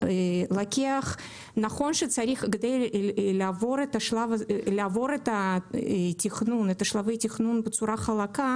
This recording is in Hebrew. כדי לעבור את שלבי התכנון בצורה חלקה